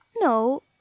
No